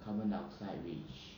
carbon dioxide which